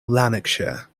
lanarkshire